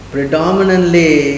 Predominantly